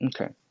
okay